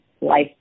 life